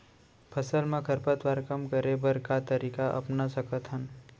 फसल मा खरपतवार कम करे बर का तरीका अपना सकत हन?